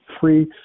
free